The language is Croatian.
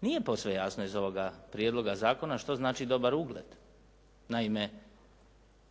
Nije posve jasno iz ovoga prijedloga zakona što znači dobar ugled. Naime,